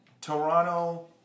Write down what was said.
Toronto